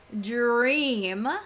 Dream